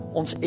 ons